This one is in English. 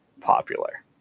popular